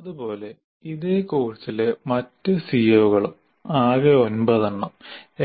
അതുപോലെ ഇതേ കോഴ്സിലെ മറ്റ് സിഒകളും ആകെ 9 എണ്ണം